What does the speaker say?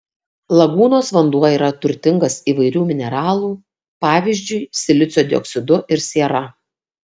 lagūnos vanduo yra turtingas įvairių mineralų pavyzdžiui silicio dioksidu ir siera